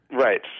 right